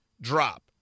drop